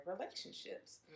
relationships